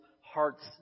hearts